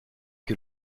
que